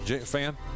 Fan